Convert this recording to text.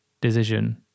decision